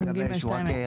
נתייחס.